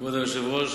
כבוד היושב-ראש,